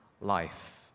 life